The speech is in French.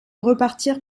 repartir